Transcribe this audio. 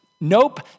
nope